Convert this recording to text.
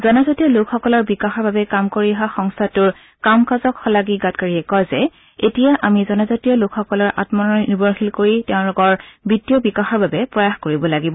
জনজাতীয় লোকসকলৰ বিকাশৰ বাবে কাম কৰি অহা সংস্থাটোৰ কাম কাজক শলাগী গাডকাৰীয়ে কয় যে এতিয়া আমি জনজাতীয় লোকসকলক আমনিৰ্ভৰশীল কৰি তেওঁলোকৰ বিত্তীয় বিকাশৰ বাবে প্ৰয়াস কৰিব লাগিব